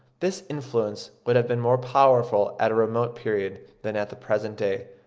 this influence would have been more powerful at a remote period than at the present day,